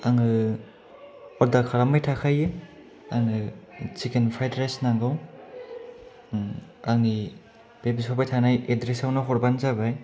आङो अर्डार खालामबाय थाखायो आंनो चिकेन फ्राइड राइस नांगौ आंनि बे बिहरबाय थानाय एड्रेसआवनो हरब्लानो जाबाय आरो